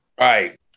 Right